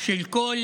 של כל